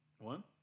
One